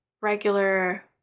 regular